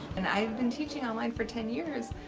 and i've been teaching online for ten years,